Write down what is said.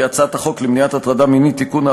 הצעת החוק למניעת הטרדה מינית (תיקון,